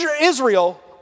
Israel